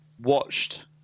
watched